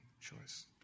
choice